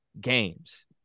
games